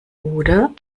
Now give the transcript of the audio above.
oder